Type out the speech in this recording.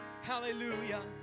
Hallelujah